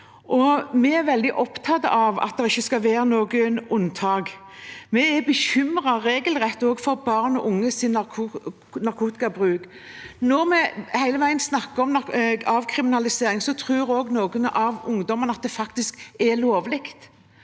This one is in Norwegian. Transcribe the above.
Vi er veldig opptatt av at det ikke skal være noen unntak. Vi er også regelrett bekymret for barn og unges narkotikabruk. Når vi hele tiden snakker om avkriminalisering, tror også noen av ungdommene at det faktisk er lovlig.